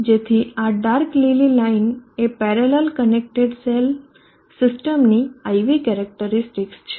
તેથી આ ડાર્ક લીલી લાઈન એ પેરેલલ કનેક્ટેડ સેલ સીસ્ટમની IV કેરેક્ટરીસ્ટિકસ છે